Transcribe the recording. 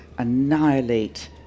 annihilate